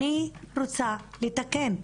אני רוצה לתקן.